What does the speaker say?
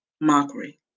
Mockery